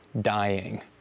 dying